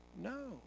no